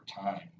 Time